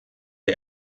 der